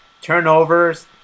Turnovers